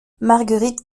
marguerite